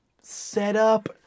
setup